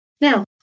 Now